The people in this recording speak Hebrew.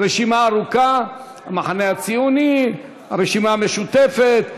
הרשימה ארוכה: המחנה הציוני, הרשימה המשותפת,